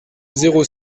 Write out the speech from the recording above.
zéro